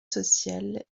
sociale